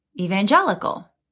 evangelical